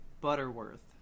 Butterworth